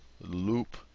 Loop